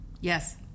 Yes